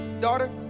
daughter